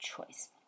choice